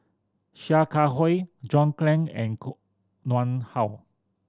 Sia Kah Hui John Clang and Koh Nguang How